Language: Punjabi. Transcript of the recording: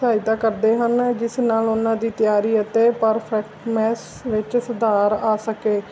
ਸਹਾਇਤਾ ਕਰਦੇ ਹਨ ਜਿਸ ਨਾਲ ਉਹਨਾਂ ਦੀ ਤਿਆਰੀ ਅਤੇ ਪਰਫ਼ਿਟਨੈਸ ਵਿੱਚ ਸੁਧਾਰ ਆ ਸਕੇ